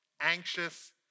anxious